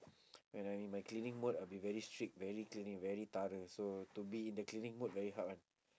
when I'm in my cleaning mode I'll be very strict very cleaning very thorough so to be in the cleaning mode very hard [one]